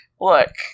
Look